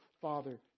Father